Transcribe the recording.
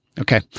Okay